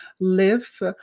live